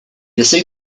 essaye